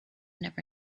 never